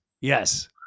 yes